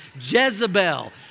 Jezebel